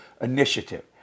initiative